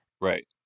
Right